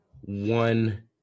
one